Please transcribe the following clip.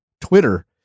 Twitter